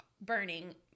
burning